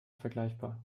vergleichbar